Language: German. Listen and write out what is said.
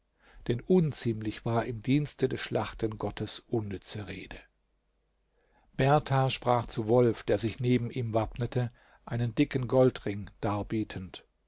denn unziemlich war im dienste des schlachtengottes unnütze rede berthar sprach zu wolf der sich neben ihm wappnete einen dicken goldring darbietend